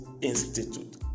Institute